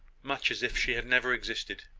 much as if she had never existed.